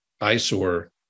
eyesore